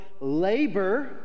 labor